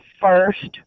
first